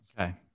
Okay